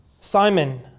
Simon